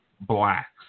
Blacks